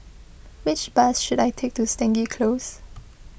which bus should I take to Stangee Close